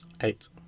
eight